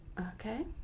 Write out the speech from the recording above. Okay